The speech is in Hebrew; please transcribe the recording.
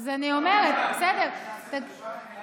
אז אני אומרת, ההשוואה עם מע'אר, לא עם באר יעקב.